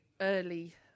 early